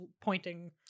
pointing